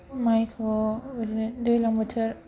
मायखौ ओरैनो दैज्लां बोथोर